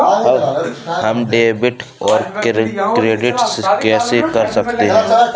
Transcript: हम डेबिटऔर क्रेडिट कैसे कर सकते हैं?